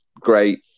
great